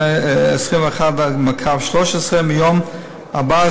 21/13 מיום 14